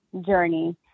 journey